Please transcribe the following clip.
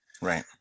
Right